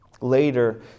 later